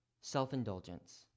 Self-indulgence